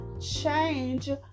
Change